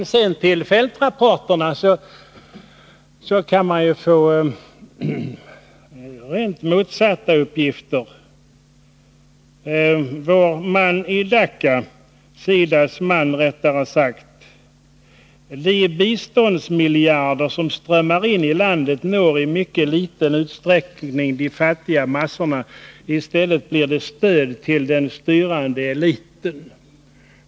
Går man sedan till fältrapporterna kan man få motsatta uppgifter. SIDA:s man i Dacca säger: De biståndsmiljarder som strömmar in i landet når i mycket liten utsträckning de fattiga massorna. I stället blir det stöd till den styrande eliten.